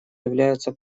являются